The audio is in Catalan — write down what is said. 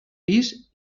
pis